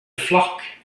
flock